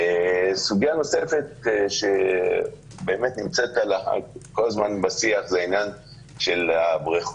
סוגיה נוספת שנמצאת כל הזמן בשיח זה עניין הבריכות.